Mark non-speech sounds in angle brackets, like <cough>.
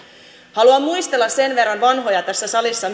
haluan myös muistella vanhoja tässä salissa <unintelligible>